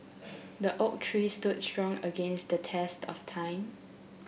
the oak tree stood strong against the test of time